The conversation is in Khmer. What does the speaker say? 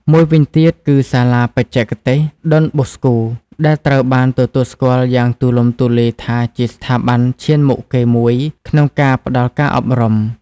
មួយវិញទៀតគឺ សាលាបច្ចេកទេសដុនបូស្កូ ដែលត្រូវបានទទួលស្គាល់យ៉ាងទូលំទូលាយថាជាស្ថាប័នឈានមុខគេមួយក្នុងការផ្តល់ការអប់រំ។